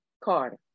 Carter